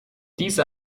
diese